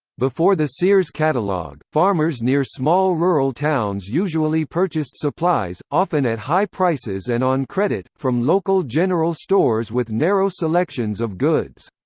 before the sears catalog, farmers near small rural towns usually purchased supplies often at high prices and on credit from local general stores with narrow selections of goods.